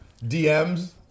DMs